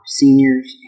seniors